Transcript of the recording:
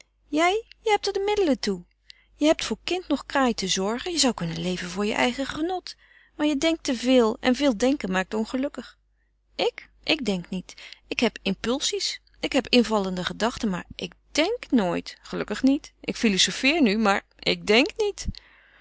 jij je hebt er de middelen toe je hebt voor kind noch kraai te zorgen je zou kunnen leven voor je eigen genot maar je denkt te veel en veel denken maakt ongelukkig ik ik denk nooit ik heb impulsies ik heb invallende gedachten maar ik denk niet gelukkig niet ik filozofeer nu maar ik denk niet